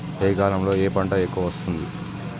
ఏ కాలంలో ఏ పంట ఎక్కువ వస్తోంది?